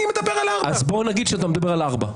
אני מדבר על ארבעה.